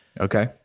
Okay